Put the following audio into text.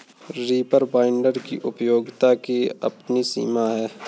reaper binder की उपयोगिता की अपनी सीमा है